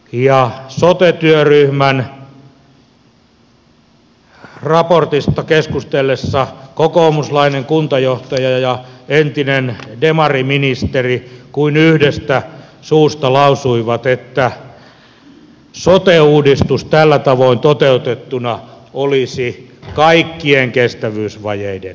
sote työryhmän raportista keskusteltaessa kokoomuslainen kuntajohtaja ja entinen demariministeri kuin yhdestä suusta lausuivat että sote uudistus tällä tavoin toteutettuna olisi kaikkien kestävyysvajeiden